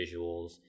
visuals